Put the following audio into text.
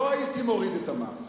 לא הייתי מוריד את המס,